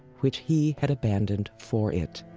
which he had abandoned for it